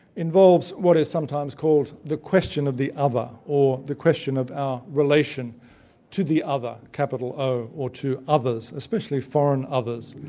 involves what is sometimes called the question of the other, or the question of our relation to the other capital o or to others, especially foreign others,